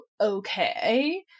okay